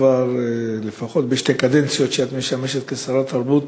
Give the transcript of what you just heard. כבר לפחות שתי קדנציות שאת משמשת שרת תרבות,